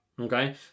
Okay